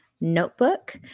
notebook